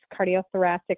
cardiothoracic